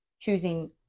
choosing